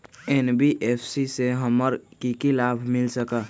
NBFC से हमार की की लाभ मिल सक?